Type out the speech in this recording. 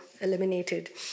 eliminated